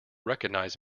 recognise